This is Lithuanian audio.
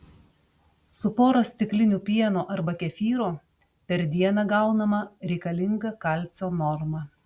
su pora stiklinių pieno arba kefyro per dieną gaunama reikalinga kalcio norma